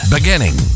Beginning